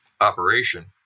operation